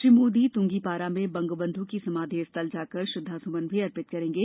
श्री मोदी तुंगीपारा में बंगबंध् के समाधि स्थल जाकर श्रद्वासुमन भी अर्पित करेंगे